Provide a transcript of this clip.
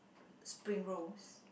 spring rolls